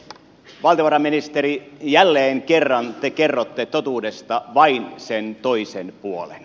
valtiovarainministeri jälleen kerran te kerrotte totuudesta vain sen toisen puolen